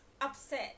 upset